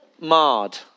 marred